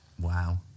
Wow